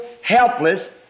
helpless